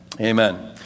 Amen